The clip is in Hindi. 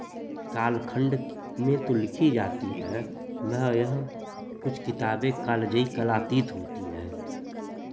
कालखंड में तो लिखी जाती हैं मगर यह कुछ किताबें कालजयी कालातीत होती हैं